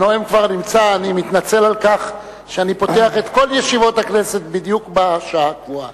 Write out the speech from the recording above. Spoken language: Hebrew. אני מתנצל על כך שאני פותח את כל ישיבות הכנסת בדיוק בשעה הקבועה,